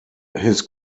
his